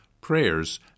prayers